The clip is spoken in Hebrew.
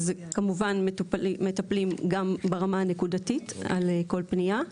אז כמובן מטפלים גם ברמה הנקודתית על כל פנייה.